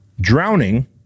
drowning